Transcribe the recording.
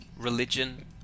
religion